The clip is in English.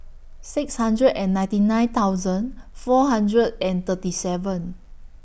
six hundred and ninety nine thousand four hundred and thirty seven